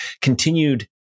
continued